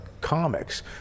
comics